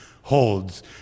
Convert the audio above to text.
holds